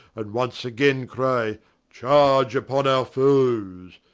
and once againe cry charge vpon our foes,